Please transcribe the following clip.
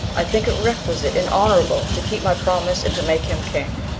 i think it requisite and honourable to keep my promise and to make him king,